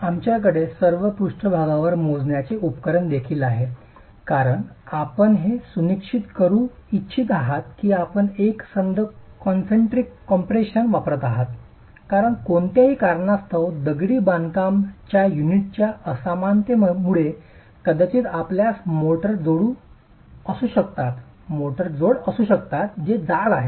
आमच्याकडे सर्व 4 पृष्ठभागावर मोजण्याचे उपकरण देखील आहेत कारण आपण हे सुनिश्चित करू इच्छित आहात की आपण एकसंध कॉन्सेन्ट्रिक कम्प्रेशन वापरत आहात कारण कोणत्याही कारणास्तव दगडी बांधकामाच्या युनिटच्या असमानतेमुळे कदाचित आपल्यास मोर्टार जोड असू शकतात जे जाड आहेत